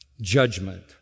judgment